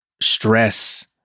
stress